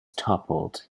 toppled